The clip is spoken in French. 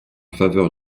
faveur